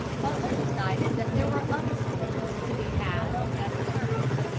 butler decided that there were other forts to be had on better terms,